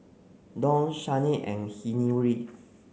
Dawn Shannen and Henery